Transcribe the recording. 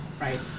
Right